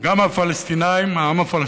גם על הפלסטינים, העם הפלסטיני,